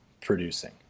producing